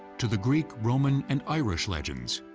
to the greek, roman and irish legends,